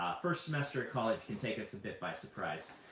ah first semester of college can take us a bit by surprise.